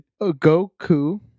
Goku